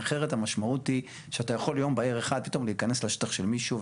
אחרת המשמעות היא שאתה יכול ביום בהיר אחד פתאום להיכנס לשטח של מישהו.